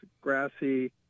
grassy